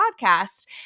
podcast